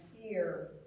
fear